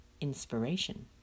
inspiration